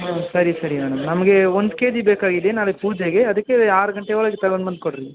ಹ್ಞೂ ಸರಿ ಸರಿ ಮೇಡಮ್ ನಮಗೆ ಒಂದು ಕೆ ಜಿ ಬೇಕಾಗಿದೆ ನಾಳೆ ಪೂಜೆಗೆ ಅದಕ್ಕೆ ಆರು ಗಂಟೆ ಒಳಗೆ ತಗೊಂಡು ಬಂದು ಕೊಡಿರಿ